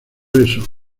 eso